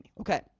okay